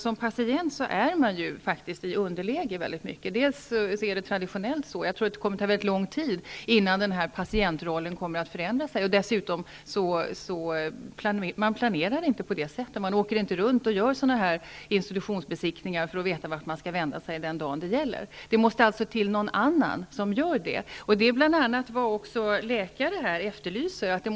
Som patient är man ju faktiskt i underläge -- så är det traditionellt, och jag tror att det kommer att ta mycket lång tid innan patientrollen förändras -- och dessutom planerar man inte på det sättet; man åker inte runt och gör institutionsbesiktningar för att veta vart man skall vända sig den dag det gäller. Det måste alltså till någon annan som gör det. Det är bl.a. också vad läkare efterlyste i DN.